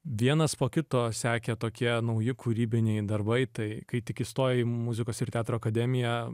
vienas po kito sekę tokie nauji kūrybiniai darbai tai kai tik įstojai į muzikos ir teatro akademiją